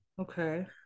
Okay